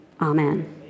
amen